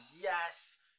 Yes